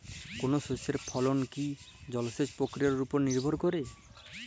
কোনো শস্যের ফলন কি জলসেচ প্রক্রিয়ার ওপর নির্ভর করে?